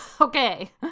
Okay